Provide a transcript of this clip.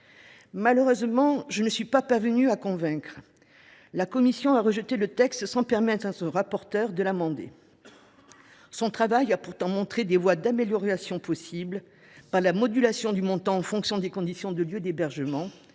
Malheureusement, je ne suis pas parvenue à convaincre : la commission a rejeté le texte sans permettre à notre rapporteure de l’amender. Le travail de cette dernière a pourtant montré des voies d’améliorations possibles par la modulation du montant en fonction des conditions et du lieu d’hébergement.